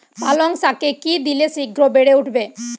পালং শাকে কি দিলে শিঘ্র বেড়ে উঠবে?